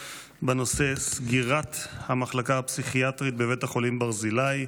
בנושא: סגירת המחלקה הפסיכיאטרית בבית החולים ברזילי.